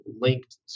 linked